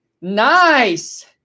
Nice